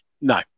No